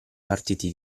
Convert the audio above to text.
partiti